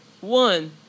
One